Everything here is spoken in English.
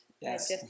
Yes